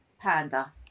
Panda